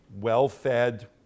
well-fed